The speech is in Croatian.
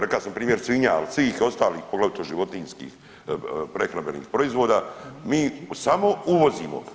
Rekao sam primjer svinja, ali i svih ostalih poglavito životinjskih prehrambenih proizvoda mi samo uvozimo.